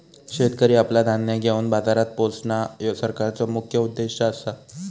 शेतकरी आपला धान्य घेवन बाजारात पोचणां, ह्यो सरकारचो मुख्य उद्देश आसा